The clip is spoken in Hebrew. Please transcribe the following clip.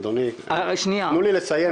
אדוני, תנו לי לסיים.